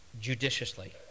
judiciously